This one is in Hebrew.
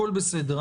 הכול בסדר.